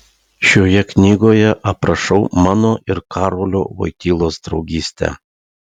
šioje knygoje aprašau mano ir karolio voitylos draugystę